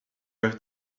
have